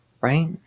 right